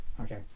Okay